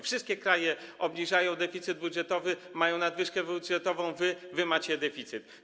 Wszystkie kraje obniżają deficyt budżetowy, mają nadwyżkę budżetową, wy macie deficyt.